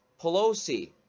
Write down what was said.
pelosi